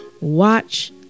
watch